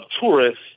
tourists